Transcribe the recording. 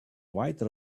white